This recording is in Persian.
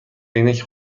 عینک